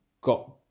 got